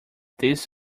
this